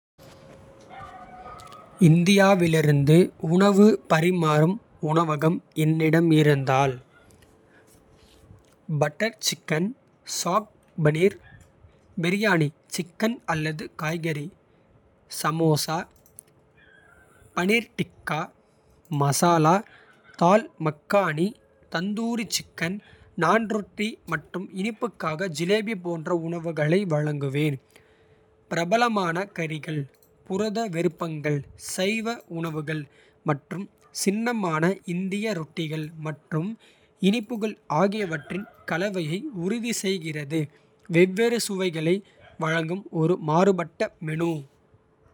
இந்தியாவிலிருந்து உணவு பரிமாறும் உணவகம். என்னிடம் இருந்தால், butter chicken, saag paneer. Biryani chicken அல்லது காய்கறி, சமோசா. பனீர் டிக்கா மசாலா, தால் மக்கானி, தந்தூரி சிக்கன். நான் ரொட்டி மற்றும் இனிப்புக்காக ஜிலேபி போன்ற. உணவுகளை வழங்குவேன் பிரபலமான கறிகள். புரத விருப்பங்கள் சைவ உணவுகள் மற்றும் சின்னமான. இந்திய ரொட்டிகள் மற்றும் இனிப்புகள் ஆகியவற்றின். கலவையை உறுதி செய்கிறது வெவ்வேறு சுவைகளை. வழங்கும் ஒரு மாறுபட்ட மெனு.